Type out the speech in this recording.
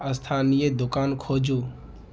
स्थानीय दुकान खोजू